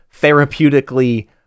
therapeutically